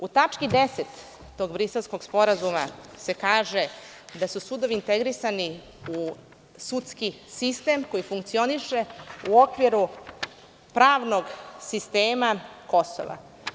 U tački 10. tog Briselskog sporazuma se kaže da su sudovi integrisani u sudski sistem koji funkcioniše u okviru pravnog sistema Kosova.